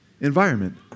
environment